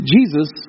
Jesus